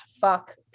fuck